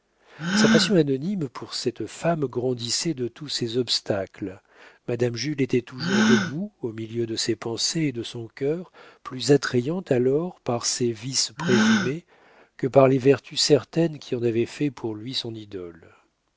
sa passion anonyme pour cette femme grandissait de tous ces obstacles madame jules était toujours debout au milieu de ses pensées et de son cœur plus attrayante alors par ses vices présumés que par les vertus certaines qui en avaient fait pour lui son idole